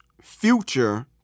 future